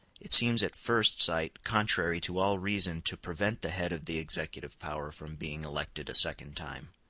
it seems at first sight contrary to all reason to prevent the head of the executive power from being elected a second time.